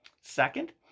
Second